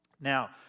now